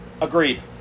Agreed